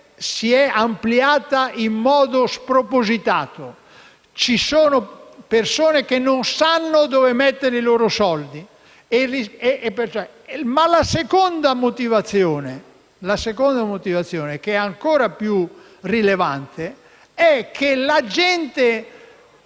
La seconda motivazione, che è ancora più rilevante, è che le persone